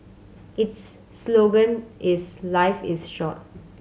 its slogan is life is short